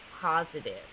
positive